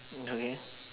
okay